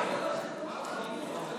בבקשה.